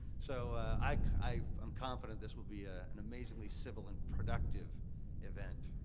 so i'm um confident this will be ah an amazingly civil and productive event.